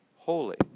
holy